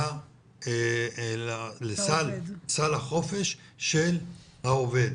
לסל החופש של העובד.